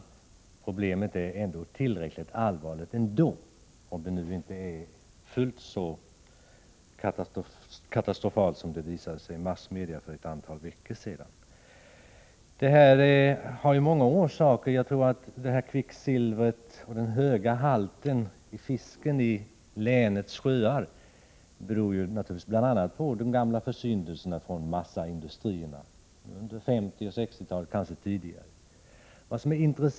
Problemet är tillräckligt allvarligt, även om det inte är fullt så katastrofalt som massmedia meddelade för ett antal veckor sedan. Problemet har många orsaker. Jag tror att den höga kvicksilverhalten i fisken i länets sjöar beror på bl.a. massaindustriernas gamla försyndelser under 1950 och 1960-talet och kanske tidigare.